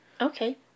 Okay